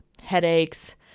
headaches